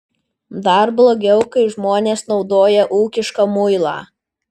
dar blogiau kai žmonės naudoja ūkišką muilą